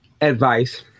advice